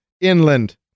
inland